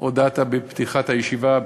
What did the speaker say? שהודעת בפתיחת הישיבה,